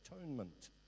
atonement